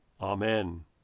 Amen